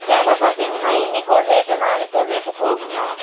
விலை பார்த்தீங்கன்னா இன்றைக்கு ஒரு ரேட்டு நாளைக்கு ஒரு ரேட்டு போகுதுங்க